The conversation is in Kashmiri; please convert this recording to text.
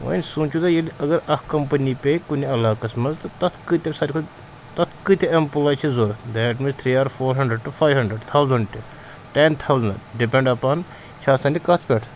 وۄنۍ سوٗنٛچوٗ تُہۍ ییٚلہِ اگر اَکھ کَمپٔنی پے کُنہِ علاقَس منٛز تہٕ تَتھ کۭتیٛاہ ساروی کھۄتہٕ تَتھ کۭتیٛاہ اٮ۪مپٕلاے چھِ ضوٚرَتھ that means three or four hundred to five hundred thousand تہِ ٹٮ۪ن تھاوزَنٛڈ ڈِپٮ۪نٛڈ اَپان چھِ آسان یہِ کَتھ پٮ۪ٹھ